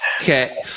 Okay